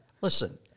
Listen